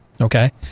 Okay